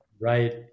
Right